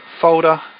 folder